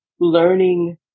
learning